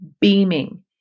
beaming